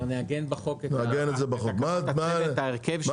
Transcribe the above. אנחנו נעגן בחוק, את ההרכב --- בסדר גמור.